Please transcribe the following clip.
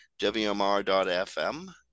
WMR.fm